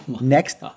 Next